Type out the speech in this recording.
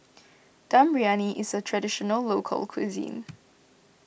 Dum Briyani is a Traditional Local Cuisine